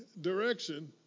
direction